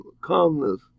calmness